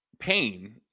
pain